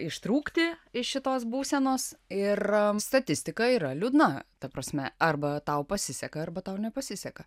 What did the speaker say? ištrūkti iš šitos būsenos ir statistika yra liūdna ta prasme arba tau pasiseka arba tau nepasiseka